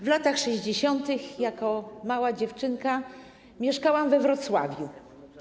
W latach 60. jako mała dziewczynka mieszkałam we Wrocławiu.